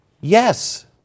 Yes